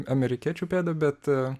amerikiečių pėda bet